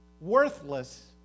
worthless